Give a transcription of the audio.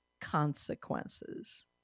Consequences